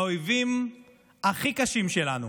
האויבים הכי קשים שלנו